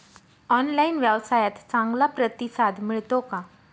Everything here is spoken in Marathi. ऑनलाइन व्यवसायात चांगला प्रतिसाद मिळतो का?